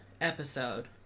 episode